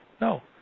No